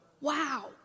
wow